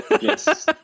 Yes